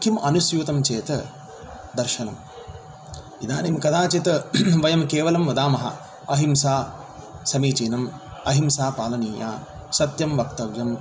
किम् अनुस्यूतं चेत् दर्शनं इदानीं कदाचित् वयं केवलं वदामः अहिंसा समीचीनं अहिंसा पालनीया सत्यं वक्तव्यं